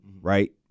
right